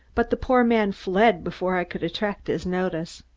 but the poor man fled before i could attract his notice.